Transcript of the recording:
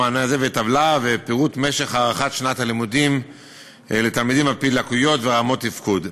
טבלה ופירוט משך הארכת שנת הלימודים לתלמידים על-פי לקויות ורמות תפקוד.